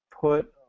put